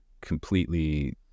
completely